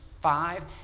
five